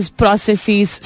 processes